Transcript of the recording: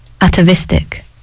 Atavistic